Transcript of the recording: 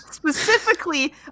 Specifically